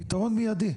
פתרון מיידי.